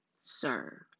Sir